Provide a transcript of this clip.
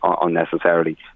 unnecessarily